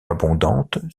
abondante